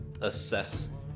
assess